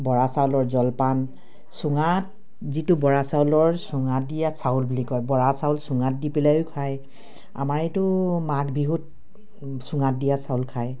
বৰা চাউলৰ জলপান চুঙাত যিটো বৰা চাউলৰ চুঙাত দিয়া চাউল বুলি কয় বৰা চাউল চুঙাত দি পেলাইও খায় আমাৰ এইটো মাঘ বিহুত চুঙাত দিয়া চাউল খায়